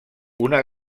una